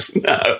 No